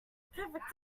perfect